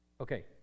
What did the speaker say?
Okay